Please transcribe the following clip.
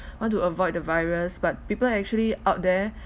want to avoid the virus but people actually out there